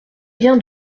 bien